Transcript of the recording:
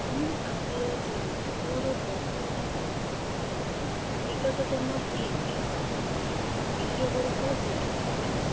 ମୁଁ ଆମ୍ବଲା ଜିଲ୍ଲାରେ ମୋର ବର୍ତ୍ତମାନର ଅବସ୍ଥାନର ନିକଟତମ ଇ ଏସ୍ ଆଇ ସି କେନ୍ଦ୍ରଗୁଡ଼ିକ ଜାଣିପାରେ କି